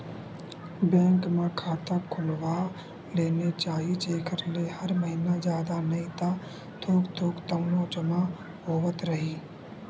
bank म खाता खोलवा लेना चाही जेखर ले हर महिना जादा नइ ता थोक थोक तउनो जमा होवत रइही